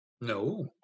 No